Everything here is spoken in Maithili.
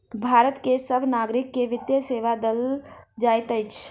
भारत के सभ नागरिक के वित्तीय सेवा देल जाइत अछि